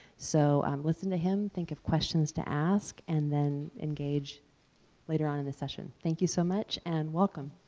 so um listen to him, think of questions to ask and then engage later on in the session, thank you so much and welcome.